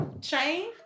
Chain